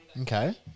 Okay